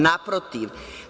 Naprotiv.